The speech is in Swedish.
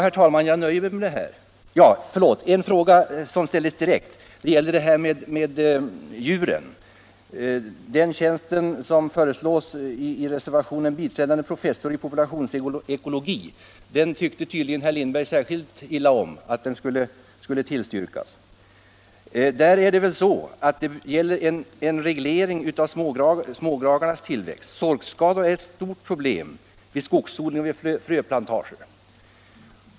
Herr Lindberg tyckte tydligen särskilt illa om att en tjänst som biträdande professor i populationsekologi, skulle tillstyrkas. Det gäller forskning om bl.a. en reglering av smågnagarnas tillväxt. Sorkskador är ett stort problem vid skogsodling och fröplantager.